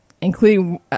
including